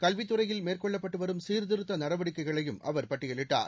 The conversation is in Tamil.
கல்வித் துறையில் மேற்கொள்ளப்பட்டு வரும் சீர்த்திருத்த நடவடிக்கைகளையும் அவர் பட்டியலிட்டார்